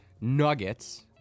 nuggets